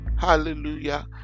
Hallelujah